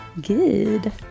Good